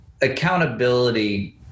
accountability